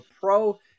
pro